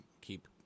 keep